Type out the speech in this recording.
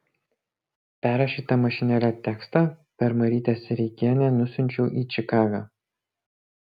perrašytą mašinėle tekstą per marytę sereikienę nusiunčiau į čikagą